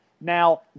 Now